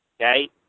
okay